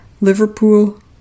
Liverpool